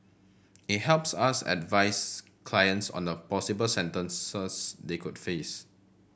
it helps us advise clients on the possible sentences they could face